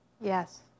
Yes